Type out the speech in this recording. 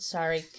Sorry